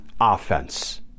offense